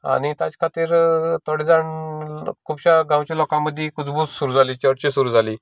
आनी ताजे खातीर थोडे जाण खुबश्या गांवचे लोकां मदी कुजबूज सुरू जाली चर्चा सुरू जाली